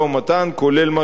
כולל מה שהיום,